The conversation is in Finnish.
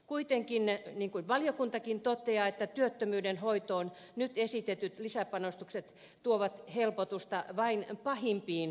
kuitenkin niin kuin valiokuntakin toteaa työttömyyden hoitoon nyt esitetyt lisäpanostukset tuovat helpotusta vain pahimpiin ongelmakohtiin